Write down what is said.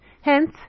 Hence